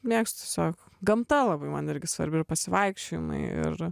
mėgstu sau gamta labai man irgi svarbi ir pasivaikščiojimai ir